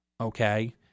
Okay